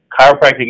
chiropractic